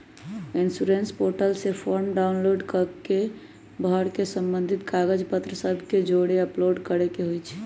insurance portal से form download कऽ के भर के संबंधित कागज पत्र सभ के जौरे अपलोड करेके होइ छइ